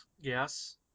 yes